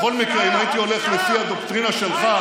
בכל מקרה, אם הייתי הולך לפי הדוקטרינה שלך,